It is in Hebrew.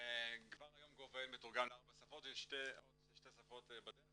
כבר היום GOV.IL מתורגם לארבע שפות ועוד שתי שפות בדרך,